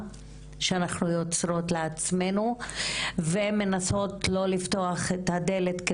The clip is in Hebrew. שאנחנו יוצרות לעצמנו ומנסות לא לפתוח את הדלת,